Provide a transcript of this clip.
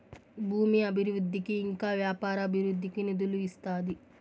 భూమి అభివృద్ధికి ఇంకా వ్యాపార అభివృద్ధికి నిధులు ఇస్తాది